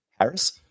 Harris